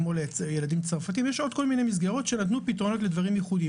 יש עוד כל מיני מסגרות שנתנו פתרונות לדברים ייחודיים